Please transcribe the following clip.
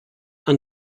and